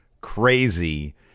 crazy